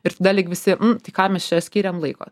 ir tada lyg visi tai kam mes čia skyrėm laiko